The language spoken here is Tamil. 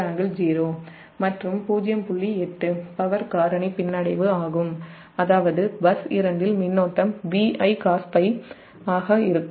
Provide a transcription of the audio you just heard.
8 பவர் ஃபேக்டர் பின்னடைவு ஆகும் அதாவது பஸ் 2 இல் மின்னோட்டம் V Icos𝜱 ஆக இருக்கும்